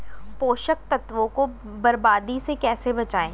पोषक तत्वों को बर्बादी से कैसे बचाएं?